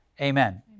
amen